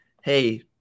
hey